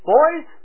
Boys